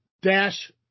dash